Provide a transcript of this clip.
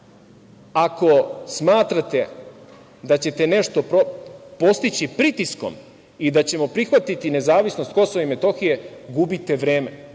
ako smatrate da ćete nešto postići pritiskom i da ćemo prihvatiti nezavisnost KiM, gubite vreme